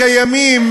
בעונשים הקיימים,